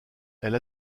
elle